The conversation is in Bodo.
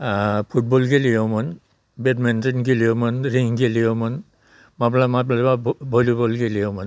फुटबल गेलेयोमोन बेडमिनटन गेलेयोमोन रिं गेलेयोमोन माब्लाबा माब्लाबा भलिबल गेलेयोमोन